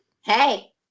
Hey